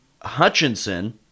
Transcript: Hutchinson